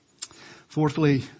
Fourthly